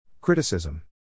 Criticism